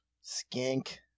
Skink